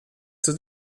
zur